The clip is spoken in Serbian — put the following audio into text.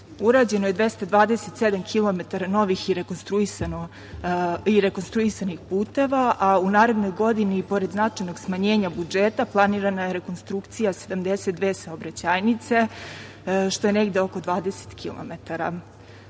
Urađeno je 227 kilometara novih i rekonstruisanih puteva, a u narednoj godini i pored značajnog smanjenja budžeta, planirana je rekonstrukcija 72 saobraćajnice, što je negde oko 20